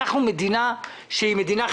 אנחנו מדינה חברתית,